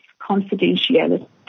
confidentiality